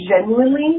genuinely